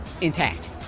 Intact